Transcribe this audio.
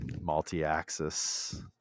multi-axis